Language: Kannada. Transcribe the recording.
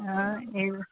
ಹಾಂ ಇದು